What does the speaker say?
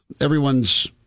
everyone's